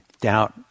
doubt